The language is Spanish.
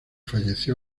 falleció